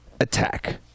attack